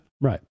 Right